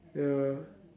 ya